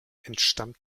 entstammt